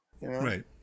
Right